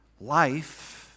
life